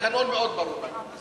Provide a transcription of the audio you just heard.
התקנון מדבר מאוד ברור בעניין הזה.